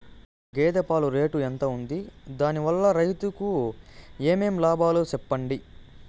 గేదె పాలు రేటు ఎంత వుంది? దాని వల్ల రైతుకు ఏమేం లాభాలు సెప్పండి?